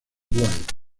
wright